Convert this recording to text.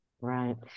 Right